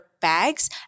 bags